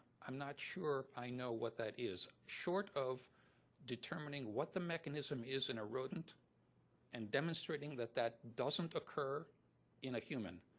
i'm not sure i know what that is, short of determining what the mechanism is in a rodent and demonstrating that that doesn't occur in a human.